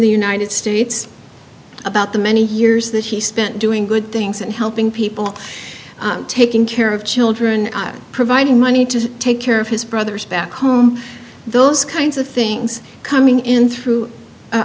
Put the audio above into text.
the united states about the many years that he spent doing good things and helping people taking care of children providing money to take care of his brothers back home those kinds of things coming in through